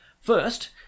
First